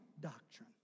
doctrine